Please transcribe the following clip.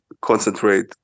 concentrate